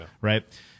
Right